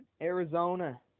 Arizona